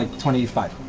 twenty five.